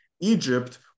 Egypt